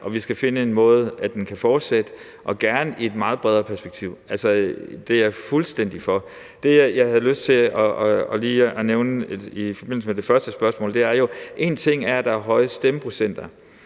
Vi skal finde en måde, den kan fortsætte på, og gerne i et meget bredere perspektiv. Det er jeg fuldstændig for. Det, jeg havde lyst til at lige at nævne i forbindelse med det første spørgsmål, er, at én ting er, at der er høj stemmeprocent,